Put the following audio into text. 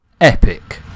Epic